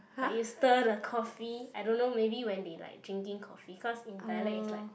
like you stir the coffee I don't know maybe when they like changing coffee cause in dialect is like